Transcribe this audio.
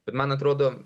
bet man atrodo